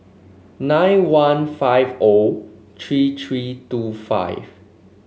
nine one five O three three two five